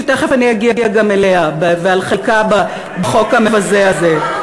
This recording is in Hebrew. שתכף אני אגיע גם אליה ואל חלקה בחוק המבזה הזה.